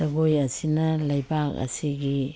ꯖꯒꯣꯏ ꯑꯁꯤꯅ ꯂꯩꯕꯥꯛ ꯑꯁꯤꯒꯤ